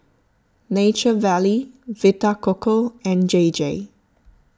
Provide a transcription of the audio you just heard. Nature Valley Vita Coco and J J